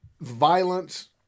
violence